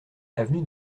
avenue